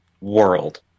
world